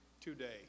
today